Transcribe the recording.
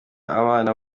abana